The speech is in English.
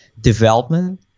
development